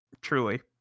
Truly